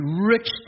rich